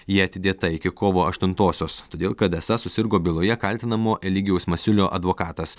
ji atidėta iki kovo aštuntosios todėl kad esą susirgo byloje kaltinamo eligijaus masiulio advokatas